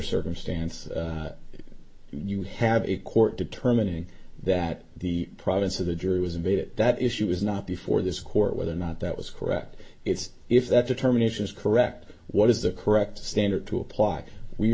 circumstance you have a court determining that the province of the jury was invaded that issue was not before this court whether or not that was correct it's if that determination is correct what is the correct standard to apply we